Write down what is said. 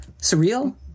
Surreal